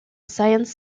science